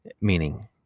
Meaning